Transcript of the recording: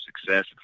success